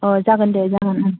अ जागोन दे जागोन ओं